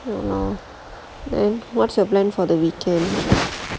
okay lor then what's your plan for the weekend